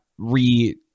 Re